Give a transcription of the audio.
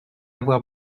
avoir